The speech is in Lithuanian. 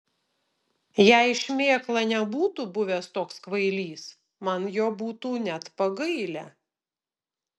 jei šmėkla nebūtų buvęs toks kvailys man jo būtų net pagailę